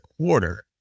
quarter